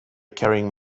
carrying